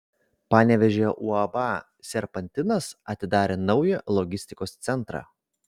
panevėžio uab serpantinas atidarė naują logistikos centrą